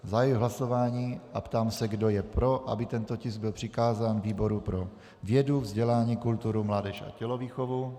Zahajuji hlasování a ptám se, kdo je pro, aby tento tisk byl přikázán výboru pro vědu, vzdělání, kulturu, mládež a tělovýchovu.